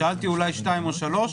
שאלתי אולי 2 או 3,